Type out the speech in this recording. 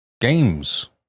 games